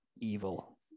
evil